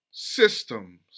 systems